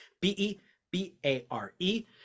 B-E-B-A-R-E